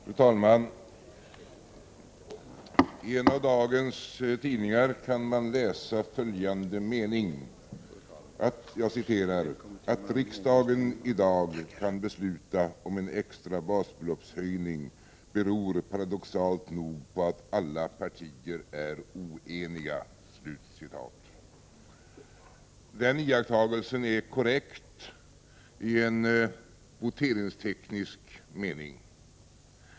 Fru talman! I en av dagens tidningar kan man läsa följande mening: ”Att riksdagen i dag kan besluta om en extra basbeloppshöjning beror paradoxalt nog på att alla partier är oeniga.” Den iakttagelsen är korrekt i voteringsteknisk mening.